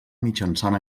mitjançant